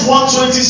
120